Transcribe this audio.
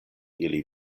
ili